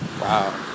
Wow